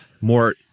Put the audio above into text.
more